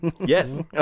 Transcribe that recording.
Yes